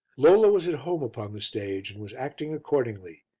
lola was at home upon the stage and was acting accordingly,